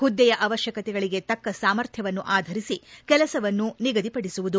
ಹುದ್ದೆಯ ಅವಶ್ಯಕತೆಗಳಿಗೆ ತಕ್ಕ ಸಾಮರ್ಥ್ಯವನ್ನು ಆಧರಿಸಿ ಕೆಲಸವನ್ನು ನಿಗದಿಪಡಿಸುವುದು